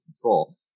control